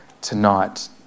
tonight